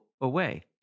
away